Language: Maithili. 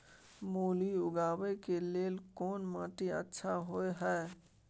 मूली उगाबै के लेल कोन माटी अच्छा होय है?